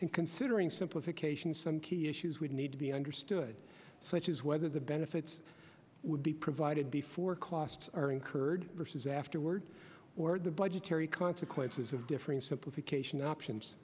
and considering simplification some key issues would need to be understood such as whether the benefits would be provided before costs are incurred versus afterward or the budgetary consequences of differing simplification options